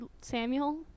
Samuel